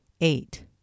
Eight